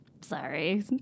sorry